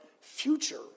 future